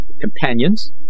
companions